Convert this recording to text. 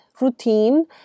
routine